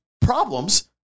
problems